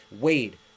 Wade